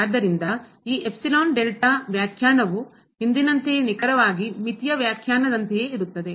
ಆದ್ದರಿಂದ ಈ epsilon delta ವ್ಯಾಖ್ಯಾನವು ಹಿಂದಿನಂತೆಯೇ ನಿಖರವಾಗಿ ಮಿತಿಯ ವ್ಯಾಖ್ಯಾನದಂತೆಯೇ ಇರುತ್ತದೆ